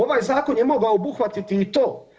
Ovaj zakon je mogao obuhvatiti i to.